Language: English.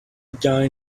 guy